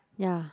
ya